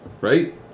Right